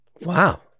Wow